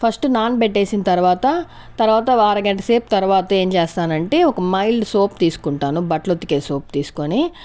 first నాన బెట్టేసిన తర్వాత తర్వాత అర గంట సేపు తర్వాత ఏం చేస్తానంటే ఒక మైల్డ్ సోప్ తీసుకుంటాను బట్ల ఉతికే సోప్ తీస్కొని